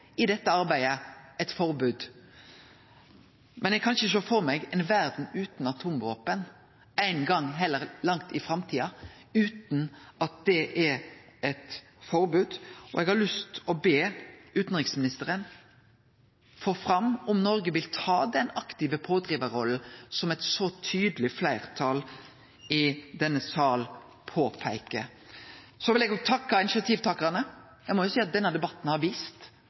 er eit forbod. Og eg har òg lyst til å be utanriksministeren få fram om Noreg vil ta den aktive pådrivarrolla som eit så tydeleg fleirtal i denne salen påpeiker. Så vil eg òg takke initiativtakarane. Eg må jo seie at denne debatten har vist